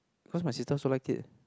cause my sister also like it